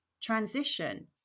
transition